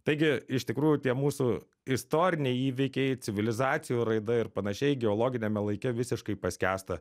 taigi iš tikrųjų tie mūsų istoriniai įvykiai civilizacijų raida ir panašiai geologiniame laike visiškai paskęsta